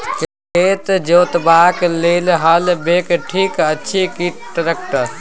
खेत जोतबाक लेल हल बैल ठीक अछि की ट्रैक्टर?